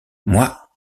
moi